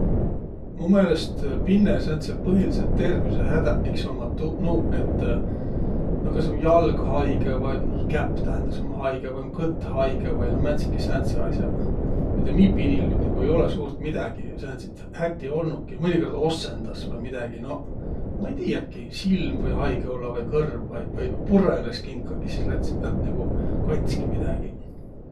Mu meelest pinne sääntseq põhilidsõq tervüsehädq iks ummaq tuu, nuuq, et no kasvai jalg haigõ vai noh käpp tähendäs om haigõ vai om kõtt haigõ vai. No määntsegiq sääntseq as'aq. Ma'i tiiäq, miiq pinil nigu ei olõq suurt midägi sääntsit häti olnuki. Mõnikõrd ossõndas vai midägi noq. Ma ei tiiäki. Silm või haigõ ollaq vai kõrv vai vai purõlõs kinkagi, sis läts', lätt nigu katski midägiq.